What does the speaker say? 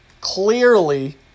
clearly